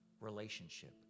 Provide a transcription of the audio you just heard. relationship